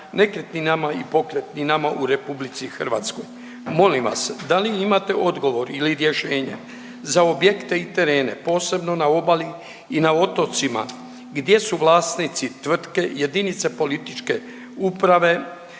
nekretninama i pokretninama u Republici Hrvatskoj. Molim vas da li imate odgovor ili rješenje za objekte i terene posebno na obali i na otocima gdje su vlasnici tvrtke, jedinice političke uprave